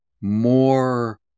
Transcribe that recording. more